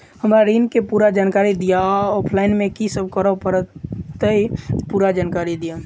हम्मर ऋण केँ पूरा जानकारी दिय आ ऑफलाइन मे की सब करऽ पड़तै पूरा जानकारी दिय?